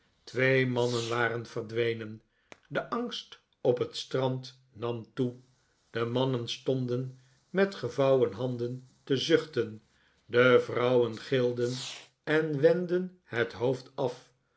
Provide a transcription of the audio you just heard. twee mannen waren verdwenen de angst op het strand nam toe de mannen stonden met gevouwen handen te zuchten de vrouwen gilden en wendden het hoofd af